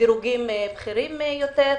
בדירוגים בכירים יותר.